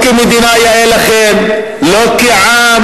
לא כמדינה יאה לכם,